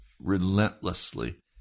relentlessly